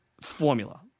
formula